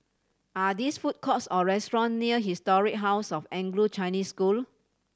are these food courts or restaurants near Historic House of Anglo Chinese School